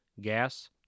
gas